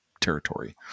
territory